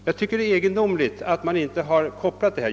Jag tycker att det är egendomligt att man inte har kopplat ihop detta.